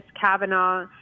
Kavanaugh